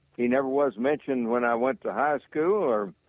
he never was mentioned when i went to high school or